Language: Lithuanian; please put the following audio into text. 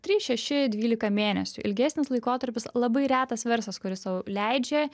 trys šeši dvylika mėnesių ilgesnis laikotarpis labai retas verslas kuris sau leidžia